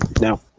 No